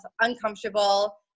uncomfortable